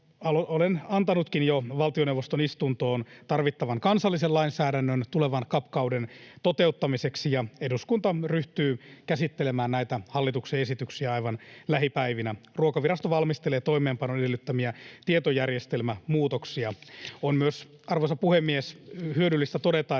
Olen antanutkin jo valtioneuvoston istuntoon tarvittavan kansallisen lainsäädännön tulevan CAP-kauden toteuttamiseksi, ja eduskunta ryhtyy käsittelemään näitä hallituksen esityksiä aivan lähipäivinä. Ruokavirasto valmistelee toimeenpanon edellyttämiä tietojärjestelmämuutoksia. On myös, arvoisa puhemies, hyödyllistä todeta,